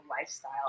lifestyle